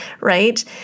right